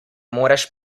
moreš